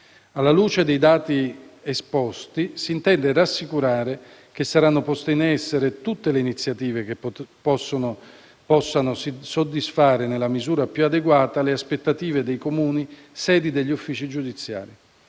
Alla luce dei dati esposti, si intende rassicurare che saranno poste in essere tutte le iniziative che possano soddisfare, nella misura più adeguata, le aspettative dei Comuni sede degli uffici giudiziari.